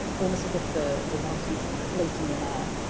almost as if the the writing is floating in air.